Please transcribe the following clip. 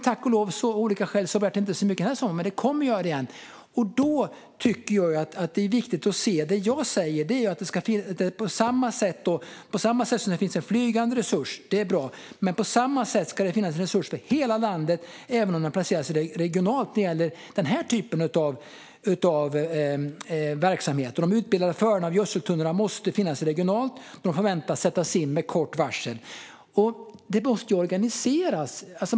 Tack och lov blev det av olika skäl inte så mycket den här sommaren, men det kommer att brinna igen. Det jag säger är att på samma sätt som det finns en flygande resurs, vilket är bra, ska det för hela landet finnas en resurs, även om den placeras regionalt, när det gäller den här typen av verksamhet. De utbildade förarna av gödseltunnorna måste finnas regionalt då de förväntas sättas in med kort varsel. Det måste organiseras.